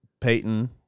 Peyton